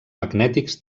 magnètics